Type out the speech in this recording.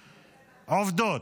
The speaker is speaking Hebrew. עובדות,